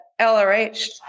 LRH